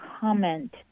comment